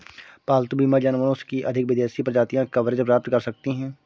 पालतू बीमा जानवरों की अधिक विदेशी प्रजातियां कवरेज प्राप्त कर सकती हैं